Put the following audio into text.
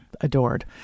adored